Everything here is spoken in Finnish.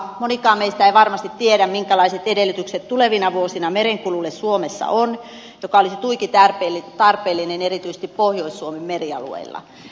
monikaan meistä ei varmasti tiedä minkälaiset edellytykset tulevina vuosina suomessa merenkululle on mikä olisi tuiki tarpeellinen tieto erityisesti pohjois suomen merialueilla